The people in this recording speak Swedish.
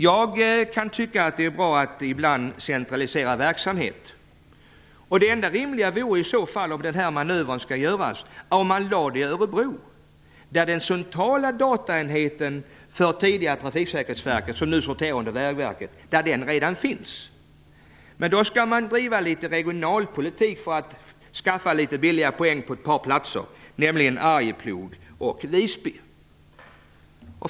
Jag kan ibland tycka att det är bra att centralisera verksamhet. Om den här manövern skall göras vore det enda rimliga att lägga verksamheten i Örebro, där den centrala dataenheten, som tidigare sorterade under Trafiksäkerhetsverket och nu under Vägverket, redan finns. Men i stället vill man bedriva litet regionalpolitik för att ta några billiga poäng på ett par platser, nämligen Arjeplog och Visby.